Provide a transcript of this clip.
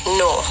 no